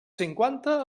cinquanta